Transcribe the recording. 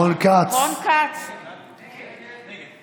נגד יוראי להב הרצנו, נגד מיקי לוי